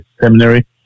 Seminary